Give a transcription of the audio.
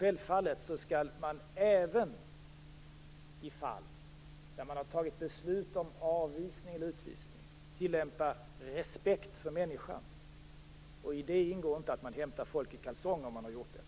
Sjävfallet skall man även i fall där man har tagit beslut om avvisning eller utvisning tillämpa respekt för människan, och i det ingår inte att man hämtar folk i kalsongerna, om så nu har skett.